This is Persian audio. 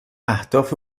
اهداف